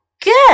Good